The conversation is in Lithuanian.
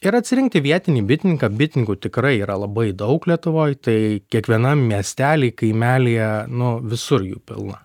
ir atsirinkti vietinį bitininką bitininkų tikrai yra labai daug lietuvoj tai kiekvienam miestely kaimelyje nu visur jų pilna